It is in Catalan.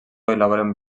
elaboren